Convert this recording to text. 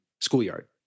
schoolyard